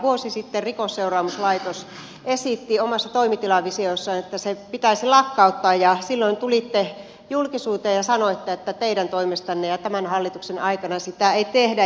vuosi sitten rikosseuraamuslaitos esitti omassa toimitilavisiossaan että se pitäisi lakkauttaa ja silloin tulitte julkisuuteen ja sanoitte että teidän toimestanne ja tämän hallituksen aikana sitä ei tehdä